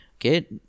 Okay